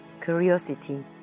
curiosity